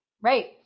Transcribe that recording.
right